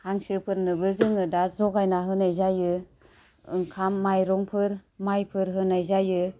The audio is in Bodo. हांसोफोरनोबो जोङो दा ज'गायनानै होनाय जायो ओंखाम माइरंफोर माइफोर होनाय जायो